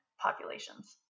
populations